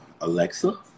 Alexa